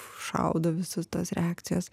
šaudo visos tos reakcijos